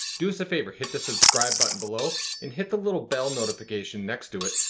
do us a favor. hit the subscribe button below and hit the little bell notification next to it.